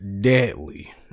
deadly